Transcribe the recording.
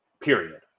period